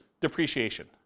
depreciation